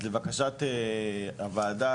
לבקשת הוועדה,